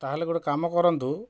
ତାହେଲେ ଗୋଟେ କାମ କରନ୍ତୁ